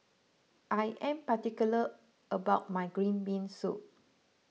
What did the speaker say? I am particular about my Green Bean Soup